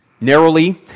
narrowly